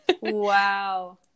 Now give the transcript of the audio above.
Wow